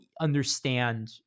understand